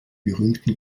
berühmten